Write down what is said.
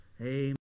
Amen